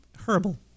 Horrible